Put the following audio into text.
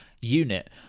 unit